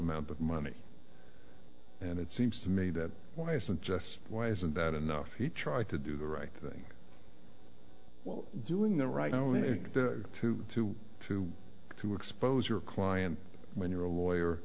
amount of money and it seems to me that wasn't just why isn't that enough he tried to do the right thing doing the right to to to to expose your client when you're a